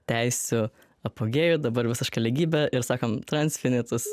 teisių apogėjų dabar visišką lygybę ir sakom tansfinetus